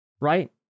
right